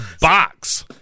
box